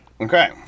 Okay